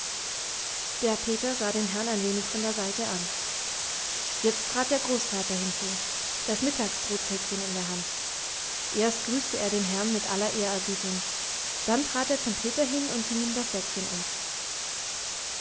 der peter sah den herrn ein wenig von der seite an jetzt trat der großvater hinzu das mittagsbrotsäckchen in der hand erst grüßte er den herrn mit aller ehrerbietung dann trat er zum peter hin und hing ihm das säckchen um